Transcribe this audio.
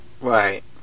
right